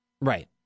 Right